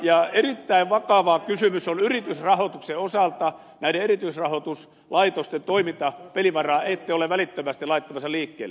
ja erittäin vakava kysymys on että yritysrahoituksen osalta näiden erityisrahoituslaitosten toimintapelivaraa ette ole välittömästi laittamassa liikkeelle